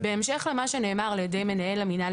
בהמשך למה שנאמר על ידי מנהל המינהל